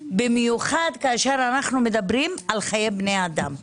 במיוחד כאשר אנחנו מדברים על חיי בני אדם.